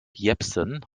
jepsen